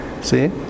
See